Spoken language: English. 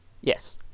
yes